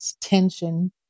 tension